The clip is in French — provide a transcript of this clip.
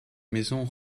maisons